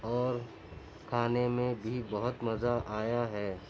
اور کھانے میں بہت مزہ آیا ہے